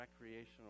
recreational